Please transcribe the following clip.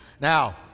Now